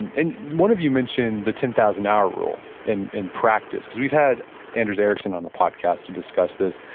and and one of you mentioned the ten thousand hour rule in in practice, because we've had anders ericsson on the podcast to discuss this.